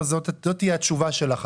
זאת הרי תהיה התשובה שלך.